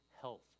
health